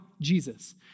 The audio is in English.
Jesus